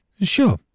Sure